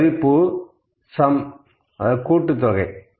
இந்த மதிப்பு சம் கூட்டுத்தொகை